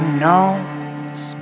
knows